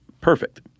perfect